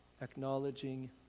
acknowledging